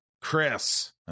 Chris